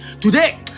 Today